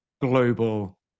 global